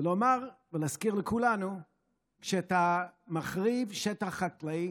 ונאמר ונזכיר לכולנו שכשאתה מחריב שטח חקלאי,